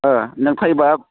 ओह नों फैबा